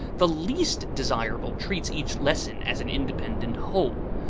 the least desirable treats each lesson as an independent whole.